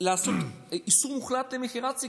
לעשות איסור מוחלט של מכירת סיגריות.